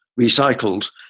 recycled